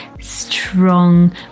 strong